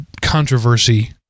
controversy